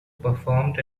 performed